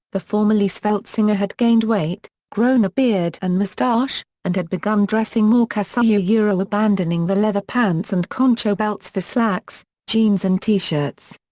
the formerly svelte singer had gained weight, grown a beard and mustache, and had begun dressing more casually ah abandoning the leather pants and concho belts for slacks, jeans and t-shirts.